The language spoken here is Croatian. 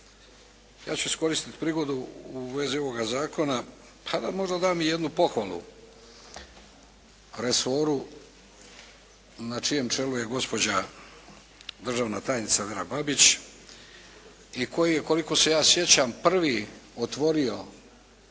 ja ću iskoristiti prigodu u vezi ovoga zakona pa da možda dam i jednu pohvalu resoru na čijem čelu je gospođa državna tajnica Vera Babić i koji je koliko se ja sjećam prvi otvorio